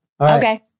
okay